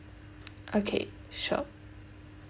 okay sure